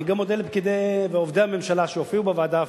אני גם מודה לעובדי ופקידי הממשלה שהופיעו בוועדה,